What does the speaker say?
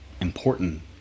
important